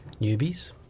newbies